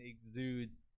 exudes